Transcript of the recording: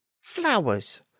flowers